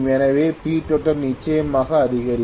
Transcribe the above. எனவே Ptotal நிச்சயமாக அதிகரிக்கும்